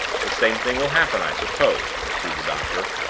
the same thing will happen, i suppose, pursued the doctor,